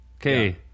Okay